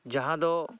ᱡᱟᱦᱟᱸᱫᱚ